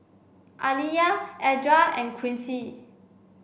Aliyah Edra and Quincy